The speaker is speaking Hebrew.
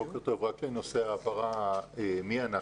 בוקר טוב, רק לנושא הבהרה מי אנחנו.